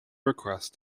request